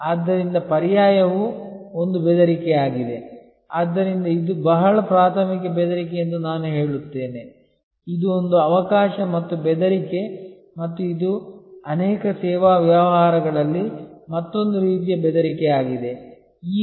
ಆದ್ದರಿಂದ ಪರ್ಯಾಯವೂ ಒಂದು ಬೆದರಿಕೆಯಾಗಿದೆ ಆದ್ದರಿಂದ ಇದು ಬಹಳ ಪ್ರಾಥಮಿಕ ಬೆದರಿಕೆ ಎಂದು ನಾನು ಹೇಳುತ್ತೇನೆ ಇದು ಒಂದು ಅವಕಾಶ ಮತ್ತು ಬೆದರಿಕೆ ಮತ್ತು ಇದು ಅನೇಕ ಸೇವಾ ವ್ಯವಹಾರಗಳಲ್ಲಿ ಮತ್ತೊಂದು ರೀತಿಯ ಬೆದರಿಕೆಯಾಗಿದೆ